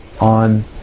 on